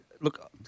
Look